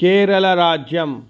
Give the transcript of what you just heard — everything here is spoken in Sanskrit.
केरलराज्यम्